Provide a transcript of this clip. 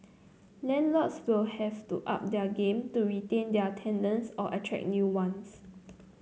landlords will have to up their game to retain their tenants or attract new ones